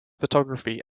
photography